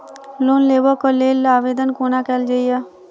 Loan लेबऽ कऽ लेल आवेदन कोना कैल जाइया?